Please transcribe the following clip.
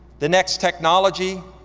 the next technology,